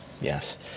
Yes